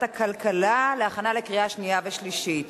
הכלכלה להכנה לקריאה שנייה ולקריאה שלישית.